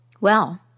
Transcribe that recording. Well